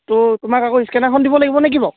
ত' তোমাক আকৌ স্কেনাৰখন দিব লাগিব নেকি বাৰু